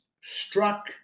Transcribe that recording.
struck